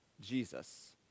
Jesus